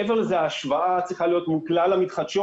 מעבר לזה, ההשוואה צריכה להיות עם כלל המתחדשות.